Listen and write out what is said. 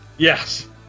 Yes